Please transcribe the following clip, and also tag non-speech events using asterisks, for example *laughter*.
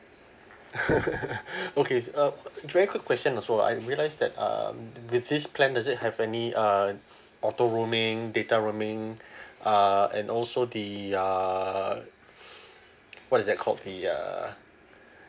*laughs* okay uh quick question also I realise that um with this plan does it have any uh auto roaming data roaming uh and also the uh what is that called the uh